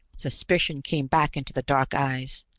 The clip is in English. suspicion came back into the dark eyes.